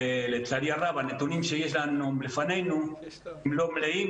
לצערי הרבה הנתונים שיש לפנינו הם לא מלאים,